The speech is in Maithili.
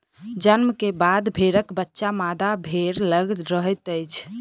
जन्म के बाद भेड़क बच्चा मादा भेड़ लग रहैत अछि